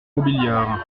robiliard